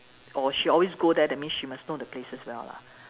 or she always go there that means she must know the places well lah